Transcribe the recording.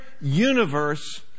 universe